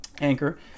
Anchor